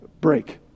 break